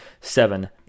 seven